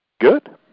Good